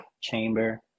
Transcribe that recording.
chamber